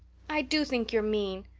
i do think you're mean.